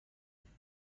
امروز